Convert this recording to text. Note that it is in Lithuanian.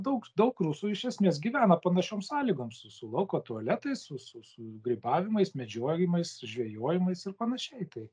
daug daug rusų iš esmės gyvena panašiom sąlygom su su lauko tualetais su su su grybavimais medžiojamais žvejojimais ir panašiai tai